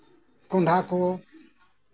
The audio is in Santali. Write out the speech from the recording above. ᱠᱚᱱᱰᱦᱟ ᱠᱚ